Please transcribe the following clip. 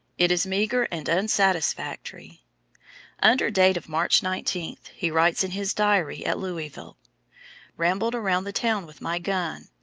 it is meagre and unsatisfactory. under date of march nineteen, he writes in his diary at louisville rambled around the town with my gun.